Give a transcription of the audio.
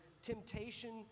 temptation